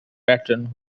patton